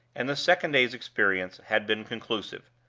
and the second day's experience had been conclusive.